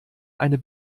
eine